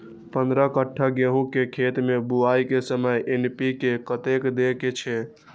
पंद्रह कट्ठा गेहूं के खेत मे बुआई के समय एन.पी.के कतेक दे के छे?